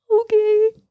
okay